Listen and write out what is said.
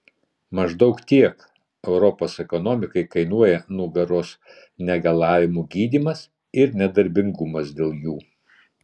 maždaug tiek europos ekonomikai kainuoja nugaros negalavimų gydymas ir nedarbingumas dėl jų